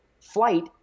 flight